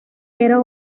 era